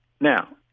Now